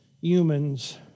humans